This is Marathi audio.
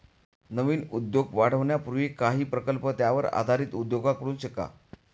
नवीन उद्योग वाढवण्यापूर्वी काही प्रकल्प त्यावर आधारित उद्योगांकडून शिका